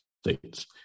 States